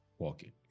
walking